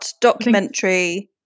documentary